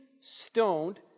stoned